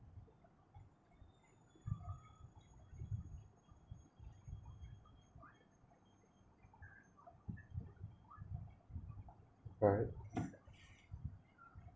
alright